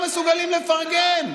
אתם אף פעם לא מסוגלים לפרגן,